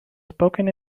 spoken